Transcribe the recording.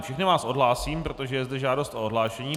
Všechny vás odhlásím, protože je zde žádost o odhlášení.